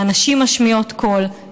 והנשים משמיעות קול,